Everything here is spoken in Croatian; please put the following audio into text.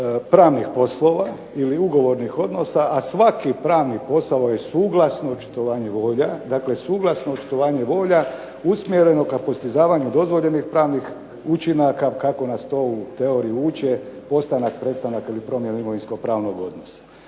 pravnih poslova ili ugovornih odnosa, a svaki pravni posao je suglasno očitovanje volja, dakle suglasno očitovanje volja usmjereno ka postizavanju dozvoljenih pravnih učinaka kako nas to u teoriji uče postanak, prestanak ili promjena imovinsko-pravnog odnosa.